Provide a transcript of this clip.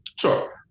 Sure